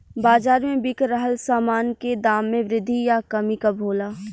बाज़ार में बिक रहल सामान के दाम में वृद्धि या कमी कब होला?